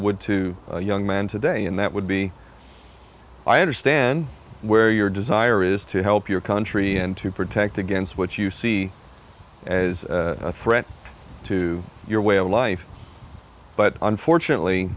d to a young man today and that would be i understand where your desire is to help your country and to protect against what you see as a threat to your way of life but unfortunately